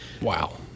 Wow